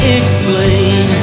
explain